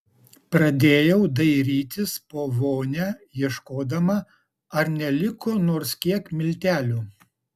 pradėjau dairytis po vonią ieškodama ar neliko nors kiek miltelių